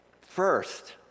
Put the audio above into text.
First